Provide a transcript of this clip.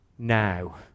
Now